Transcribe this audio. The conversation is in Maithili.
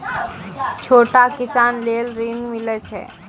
छोटा किसान लेल ॠन मिलय छै?